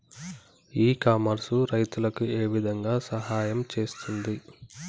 ఇ commerce రైతులకు ఏ విధంగా సహాయం చేస్తుంది?